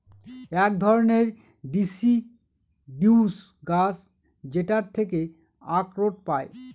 এক ধরনের ডিসিডিউস গাছ যেটার থেকে আখরোট পায়